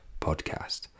podcast